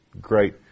Great